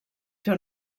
fer